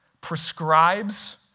prescribes